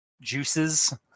juices